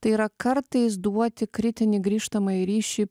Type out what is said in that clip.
tai yra kartais duoti kritinį grįžtamąjį ryšį